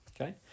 okay